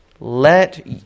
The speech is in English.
Let